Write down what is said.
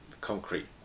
concrete